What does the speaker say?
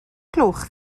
gloch